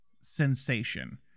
sensation